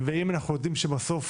ואם אנחנו יודעים שבסוף